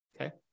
Okay